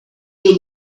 your